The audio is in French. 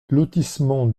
lotissement